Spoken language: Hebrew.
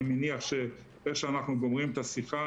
אני מניח שאיך שאנחנו גומרים את השיחה,